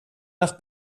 nach